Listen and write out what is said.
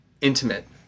intimate